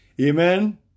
Amen